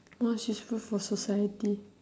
what's useful for society